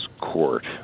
court